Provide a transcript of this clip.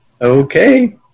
okay